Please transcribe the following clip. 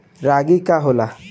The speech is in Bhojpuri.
रागी का होला?